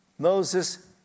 Moses